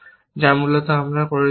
যা মূলত আমরা করেছিলাম